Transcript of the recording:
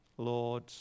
Lord